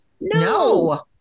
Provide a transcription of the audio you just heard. No